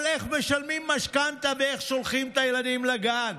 אבל איך משלמים משכנתה ואיך שולחים את הילדים לגן?